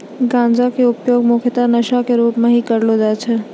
गांजा के उपयोग मुख्यतः नशा के रूप में हीं करलो जाय छै